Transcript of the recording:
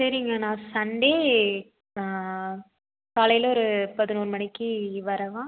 சரிங்க நான் சண்டே காலையில் ஒரு பதினோரு மணிக்கு வரவா